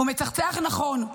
הוא מצחצח נכון,